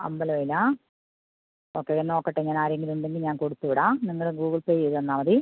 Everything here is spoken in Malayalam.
അമ്പലവയലോ ഓക്കെ നോക്കട്ടെ ഞാൻ ആരെങ്കിലും ഉണ്ടെങ്കിൽ ഞാൻ കൊടുത്ത് വിടാം നിങ്ങൾ ഗൂഗിൾ പേ ചെയ്ത് തന്നാൽ മതി